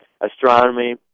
astronomy